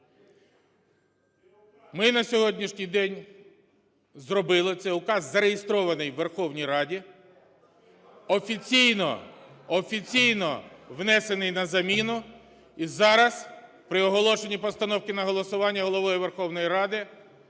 Ми на сьогоднішній день зробили, цей указ зареєстрований в Верховній Раді, офіційно… офіційно внесений на заміну, і зараз при оголошенні постановки на голосування Головою Верховної Ради